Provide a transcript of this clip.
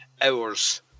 hours